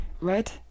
red